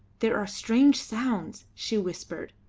there are strange sounds, she whispered,